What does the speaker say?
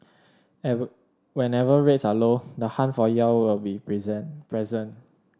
and whenever rates are low the hunt for yield will be present present